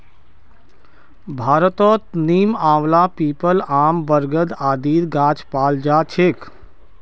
भारतत नीम, आंवला, पीपल, आम, बरगद आदिर गाछ पाल जा छेक